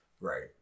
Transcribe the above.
right